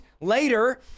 later